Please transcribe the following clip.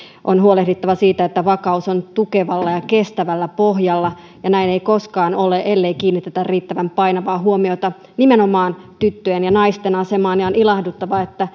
on huolehdittava siitä että vakaus on tukevalla ja ja kestävällä pohjalla ja näin ei koskaan ole ellei kiinnitetä riittävän painavaa huomiota nimenomaan tyttöjen ja naisten asemaan ja on ilahduttavaa että